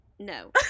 No